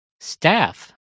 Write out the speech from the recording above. staff